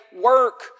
work